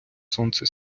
сонце